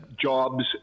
jobs